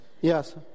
Yes